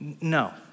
No